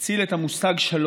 הוא הציל את המושג שלום,